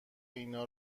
اینا